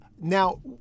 Now